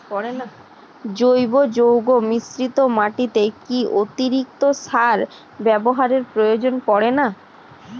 জৈব যৌগ মিশ্রিত মাটিতে কি অতিরিক্ত সার ব্যবহারের প্রয়োজন পড়ে না?